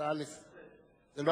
הצעה, לסדר.